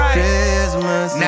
Christmas